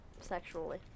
sexually